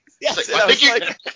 Yes